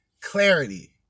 clarity